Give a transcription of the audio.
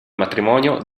matrimonio